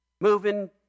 Moving